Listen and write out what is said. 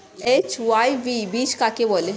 HYV বীজ কাকে বলে?